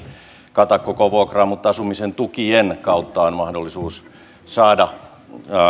kata koko vuokraa mutta asumisen tukien kautta on mahdollisuus saada